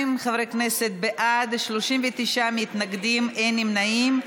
42 חברי כנסת בעד, 39 מתנגדים, אין נמנעים.